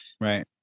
right